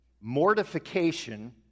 Mortification